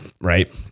right